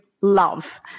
love